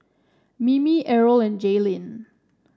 Mimi Errol and Jaylin